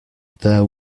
there